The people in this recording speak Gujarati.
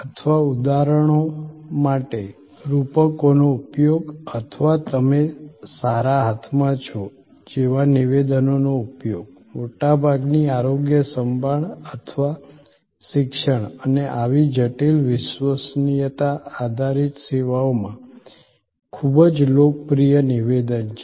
અથવા ઉદાહરણો માટે રૂપકોનો ઉપયોગ અથવા તમે સારા હાથમાં છો જેવા નિવેદનોનો ઉપયોગ મોટાભાગની આરોગ્ય સંભાળ અથવા શિક્ષણ અને આવી જટિલ વિશ્વસનીયતા આધારિત સેવાઓમાં ખૂબ જ લોકપ્રિય નિવેદન છે